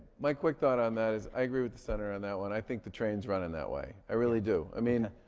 my quick thought on that is i agree with the senator on that one. i think the train's running that way, i really do. i mean,